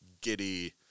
giddy